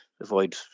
avoid